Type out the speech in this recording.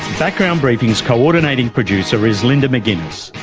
background briefing's coordinating producer is linda mcginness,